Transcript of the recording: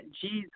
Jesus